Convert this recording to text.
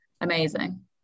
amazing